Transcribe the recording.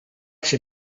się